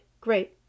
great